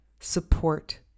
Support